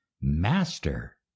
master